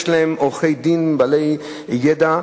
שיש להן עורכי-דין בעלי ידע,